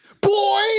Boy